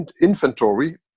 inventory